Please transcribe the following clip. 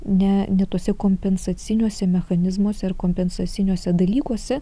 ne ne tuose kompensaciniuose mechanizmuose ar kompensaciniuose dalykuose